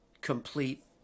complete